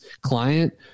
client